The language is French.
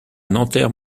nanterre